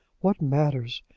what matters?